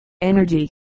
energy